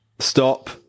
Stop